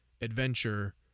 adventure